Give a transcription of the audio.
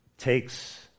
takes